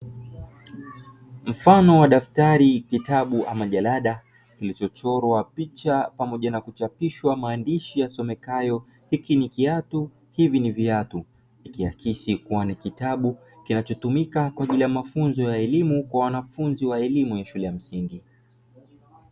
Mfano wa daftari au jalada kilicho chorwa picha pamoja na kuchapishwa maandashi yasomekayo "hiki ni kiatu, hivi ni viatu" ikiakisi kuwa ni kitabu kinachotumika kwenye mafunzo ya elimu ya shule ya msingi.